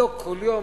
לא כל יום,